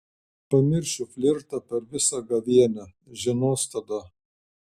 pamiršiu flirtą per visą gavėnią žinos tada